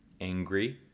angry